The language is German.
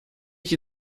ich